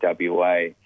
WA